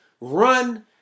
run